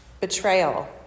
betrayal